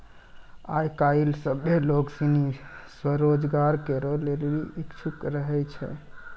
आय काइल सभ्भे लोग सनी स्वरोजगार करै लेली इच्छुक रहै छै